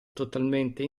totalmente